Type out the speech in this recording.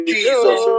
Jesus